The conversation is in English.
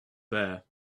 there